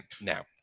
Now